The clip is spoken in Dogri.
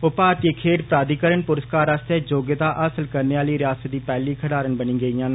ओह भारतीय खेड्ढ प्राधिकरण पुरस्कार आस्तै योग्यता हासल कररने आह्ली रियासत दी पैहली खडारन बी बनी गेइयांन